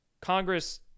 Congress